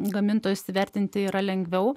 gamintojus įvertinti yra lengviau